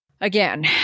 Again